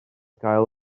gael